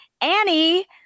Annie